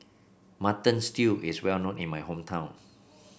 Mutton Stew is well known in my hometown